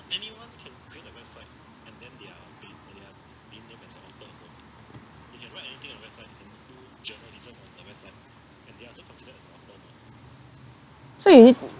so you need